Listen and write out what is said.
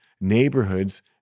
neighborhoods